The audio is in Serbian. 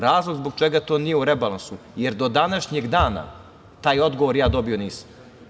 Razlog zbog čega to nije u rebalansu, jer do današnjeg dana taj odgovor ja dobio nisam.